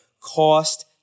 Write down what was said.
cost